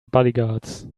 bodyguards